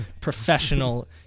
professional